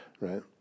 right